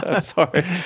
Sorry